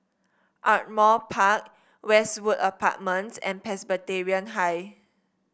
Ardmore Park Westwood Apartments and Presbyterian High